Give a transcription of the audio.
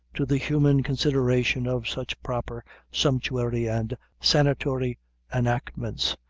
to the human consideration of such proper sumptuary and sanatory enactments,